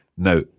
Now